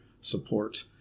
support